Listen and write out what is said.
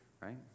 right